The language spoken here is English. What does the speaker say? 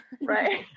Right